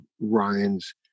Ryan's